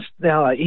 Now